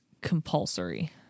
compulsory